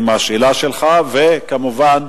השאלה שלך, וכמובן,